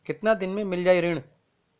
कितना दिन में मील जाई ऋण?